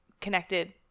connected